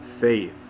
faith